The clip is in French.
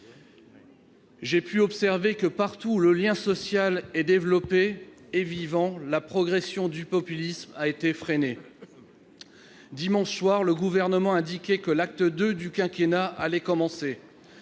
J'ai pu observer que, partout où le lien social est développé et vivant, la progression des populistes a été freinée. Dimanche soir, le Gouvernement a indiqué que l'acte 2 du quinquennat allait commencer.